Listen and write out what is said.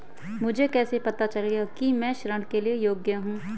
मुझे कैसे पता चलेगा कि मैं ऋण के लिए योग्य हूँ?